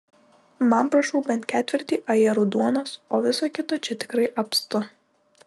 man prašau bent ketvirtį ajerų duonos o viso kito čia tikrai apstu